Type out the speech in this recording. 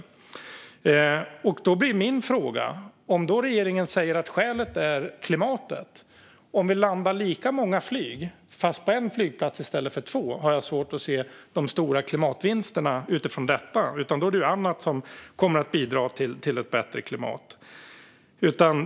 Regeringen säger att det är klimatet som är skälet, men om vi landar lika många flyg fast på en flygplats i stället för på två har jag svårt att se de stora klimatvinsterna. Då är det annat som kommer att bidra till ett bättre klimat.